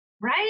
right